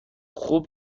خوب